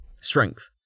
Strength